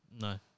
No